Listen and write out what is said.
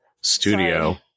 studio